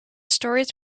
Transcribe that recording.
stories